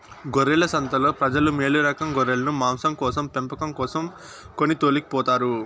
గొర్రెల సంతలో ప్రజలు మేలురకం గొర్రెలను మాంసం కోసం పెంపకం కోసం కొని తోలుకుపోతారు